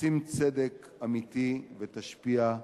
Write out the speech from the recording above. תשים צדק אמיתי ותשפיע,